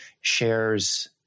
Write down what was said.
shares